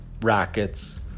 rackets